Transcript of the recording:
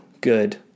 good